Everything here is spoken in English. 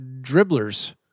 dribblers